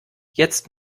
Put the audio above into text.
jetzt